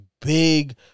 big